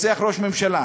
רוצח ראש הממשלה,